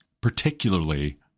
particularly